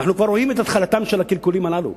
ואנחנו כבר רואים את התחלתם של הקלקולים הללו.